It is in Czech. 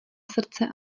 srdce